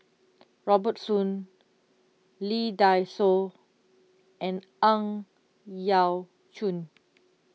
Robert Soon Lee Dai Soh and Ang Yau Choon